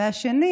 השני